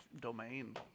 Domain